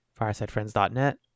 Firesidefriends.net